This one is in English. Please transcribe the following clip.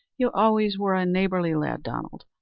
you always were a neighbourly lad, donald.